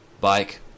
bike